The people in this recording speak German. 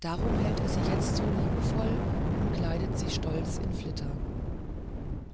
darum hält er sie jetzt so liebevoll und kleidet sie stolz in flitter